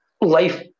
life